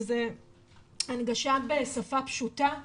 שזה הנגשה בשפה פשוטה,